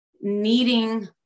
needing